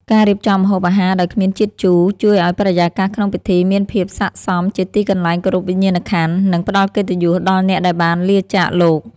ការរៀបចំម្ហូបអាហារដោយគ្មានជាតិជូរជួយឱ្យបរិយាកាសក្នុងពិធីមានភាពសក្តិសមជាទីកន្លែងគោរពវិញ្ញាណក្ខន្ធ និង ផ្ដល់កិត្តិយសដល់អ្នកដែលបានលាចាកលោក។